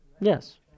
Yes